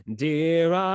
dear